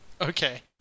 Okay